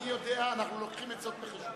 אני יודע, אנחנו מביאים זאת בחשבון.